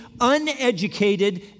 uneducated